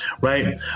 right